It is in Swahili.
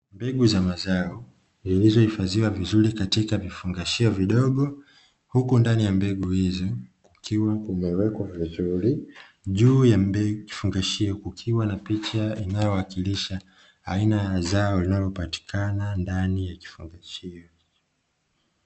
Mbegu za mazao zilizohifadhiwa vizuri katika vifungashio vidogo huku ndani ya mbegu hizi kukiwa kumewekwa vizuri. Juu ya vifungashio kukiwa na picha inayowakilisha aina ya zao linalopatikana ndani ya vifungashio.